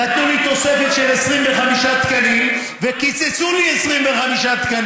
נתנו לי תוספת של 25 תקנים וקיצצו לי 25 תקנים.